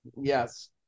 Yes